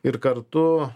ir kartu